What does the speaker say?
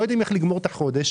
לא יודעים איך לגמור את החודש.